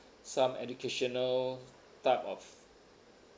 some educational type of